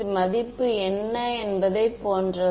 மதிப்பு என்ன என்பதை போன்றதா